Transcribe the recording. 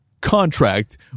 contract